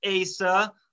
Asa